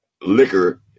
Liquor